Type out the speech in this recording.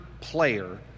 player